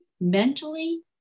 Mentally